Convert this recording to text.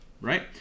right